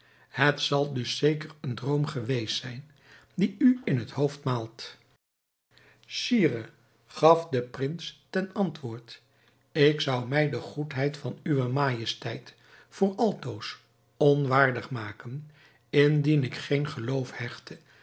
het zal dus zeker een droom geweest zijn die u in het hoofd maalt sire gaf de prins ten antwoord ik zou mij de goedheid van uwe majesteit voor altoos onwaardig maken indien ik geen geloof hechtte